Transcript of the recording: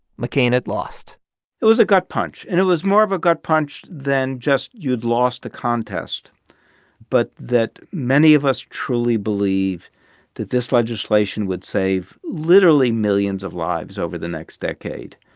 mccain had lost it was a gut punch, and it was more of a gut punch than just you'd lost a contest but that many of us truly believe that this legislation would save literally millions of lives over the next decade.